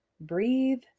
Breathe